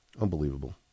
Unbelievable